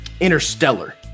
interstellar